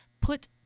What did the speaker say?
put